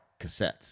cassettes